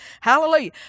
Hallelujah